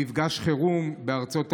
מפגש חירום בארצות הברית,